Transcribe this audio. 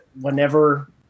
whenever